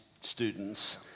students